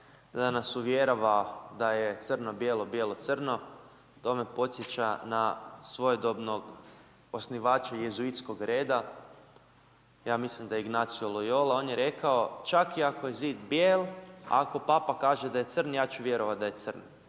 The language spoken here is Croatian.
da nas uvjerava da je crno bijelo, bijelo crno, to me podsjeća na svojedobnog osnivača jezuitskog reda, ja mislim da je Ignacije Loyola, on je rekao čak i ako je zid bijel, ako papa kaže da je crn, ja ću vjerovat da je crn.